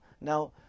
now